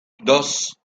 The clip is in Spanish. dos